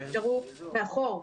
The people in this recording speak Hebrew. יישארו מאחור.